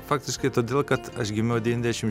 faktiškai todėl kad aš gimiau devyniasdešim